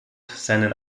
seinen